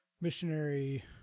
missionary